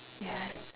yeah